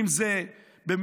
אם זה במציאות